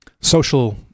social